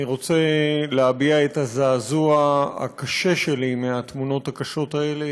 אני רוצה להביע את הזעזוע הקשה שלי מהתמונות הקשות האלה,